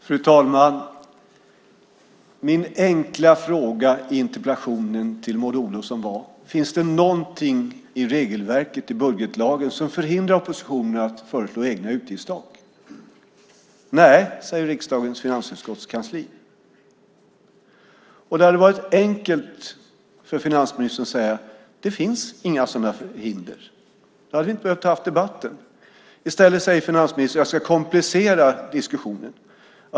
Fru talman! Min enkla fråga i interpellationen till Maud Olofsson var: Finns det någonting i regelverket i budgetlagen som hindrar oppositionen från att föreslå egna utgiftstak? Nej, säger riksdagens finansutskotts kansli. Det hade varit enkelt för finansministern att säga att det inte finns några sådana hinder. Då hade vi inte behövt ha debatten. Men i stället säger finansministern att han ska komplicera diskussionen.